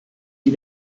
die